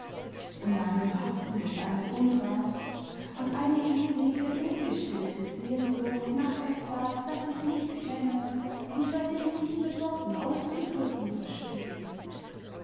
in meinem herzen ist eine unrast und eine ewige ungestillte sehnsucht nach etwas das ich nicht kenne und das ich nicht mit worten auszudrücken verstehe